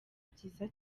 byiza